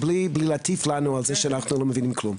ובלי להטיף לנו על זה שאנחנו לא מבינים כלום.